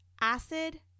acid